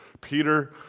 Peter